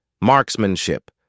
marksmanship